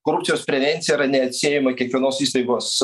korupcijos prevencija yra neatsiejama kiekvienos įstaigos